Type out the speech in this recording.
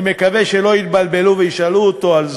אני מקווה שלא יתבלבלו וישאלו אותו על זה,